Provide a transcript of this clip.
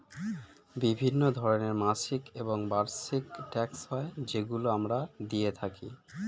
বিভিন্ন ধরনের মাসিক এবং বার্ষিক ট্যাক্স হয় যেগুলো আমরা দিয়ে থাকি